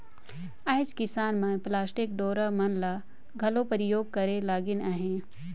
आएज किसान मन पलास्टिक डोरा मन ल घलो परियोग करे लगिन अहे